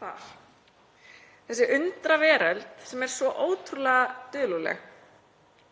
þar, þessa undraveröld sem er svo ótrúlega dulúðleg.